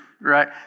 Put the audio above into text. right